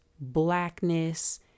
blackness